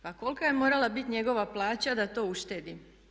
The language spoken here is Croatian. Pa kolika je morala bit njegova plaća da to uštedi?